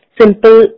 simple